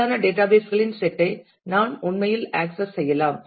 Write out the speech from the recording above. தேவையான டேட்டாபேஸ் களின் செட் ஐ நாம் உண்மையில் ஆக்சஸ் செய்யலாம்